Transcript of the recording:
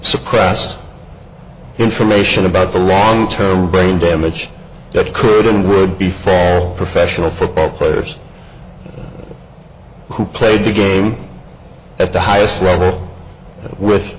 suppressed information about the long term brain damage that could and would be fair professional football players who played the game at the highest level with